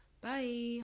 bye